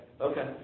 okay